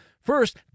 First